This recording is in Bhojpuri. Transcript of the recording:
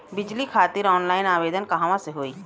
बिजली खातिर ऑनलाइन आवेदन कहवा से होयी?